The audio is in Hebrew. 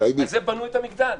מזה בנו את המגדל.